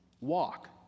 walk